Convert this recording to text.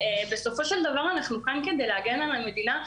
בסופו של דבר אנחנו כאן כדי להגן על המדינה,